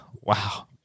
Wow